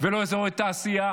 ולא אזורי תעשייה